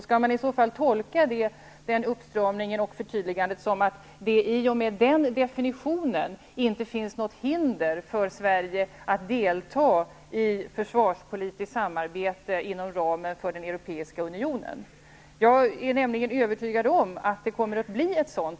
Skall man i så fall tolka den uppstramningen och det förtydligandet så att det i och med den definitionen inte finns något hinder för Sverige att delta i försvarspolitiskt samarbete inom ramen för den europeiska unionen? Jag är nämligen övertygad om att det kommer att bli ett sådant.